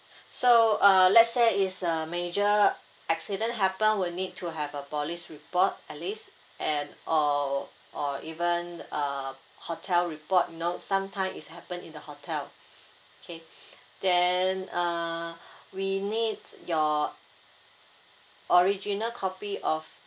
so uh let's say is a major accident happen we'll need to have a police report at least and or or even uh hotel report you know sometime is happen in the hotel K then uh we need your original copy of